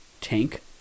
tank